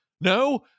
No